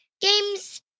games